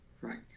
right